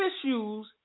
issues